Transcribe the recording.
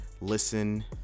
listen